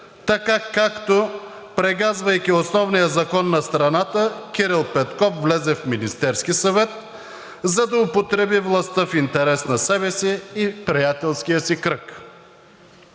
така както, прегазвайки Основния закон на страната, Кирил Петков влезе в Министерския съвет, за да употреби властта в интерес на себе си и приятелския си кръг.